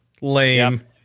Lame